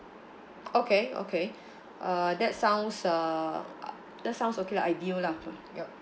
okay okay uh that sounds uh that sounds okay lah ideal lah yup